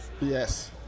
Yes